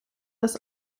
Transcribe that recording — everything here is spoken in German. das